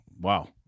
wow